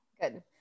good